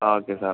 okay sir